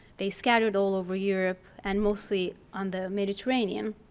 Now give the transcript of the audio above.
they scattered all over europe and mostly on the mediterranean.